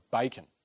bacon